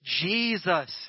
Jesus